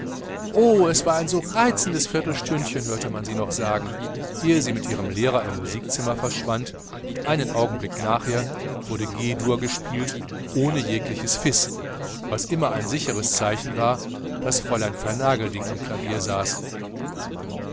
o es war ein so reizendes viertelstündchen hörte man sie noch sagen ehe sie mit ihrem lehrer im musikzimmer verschwand und einen augenblick nachher wurde g dur gespielt ohne jegliches fis was immer ein sicheres zeichen war daß fräulein vernagelding am klavier saß